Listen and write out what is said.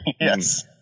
Yes